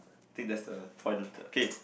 I think that's the point of the okay